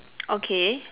okay